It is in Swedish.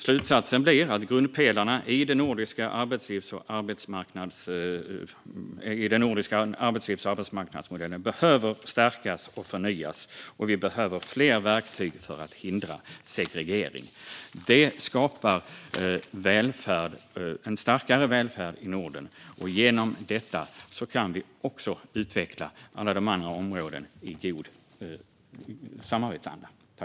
Slutsatsen blir att grundpelarna i den nordiska arbetslivs och arbetsmarknadsmodellen behöver stärkas och förnyas, och vi behöver fler verktyg för att hindra segregering. Det skapar en starkare välfärd i Norden, och genom detta kan vi också utveckla alla de andra områdena i god samarbetsanda.